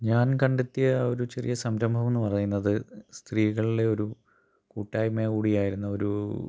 ഞാൻ കണ്ടെത്തിയ ഒരു ചെറിയ സംരംഭം എന്ന് പറയുന്നത് സ്ത്രീകളിലെ ഒരു കൂട്ടായ്മ കൂടി ആയിരുന്ന ഒരു